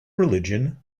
religion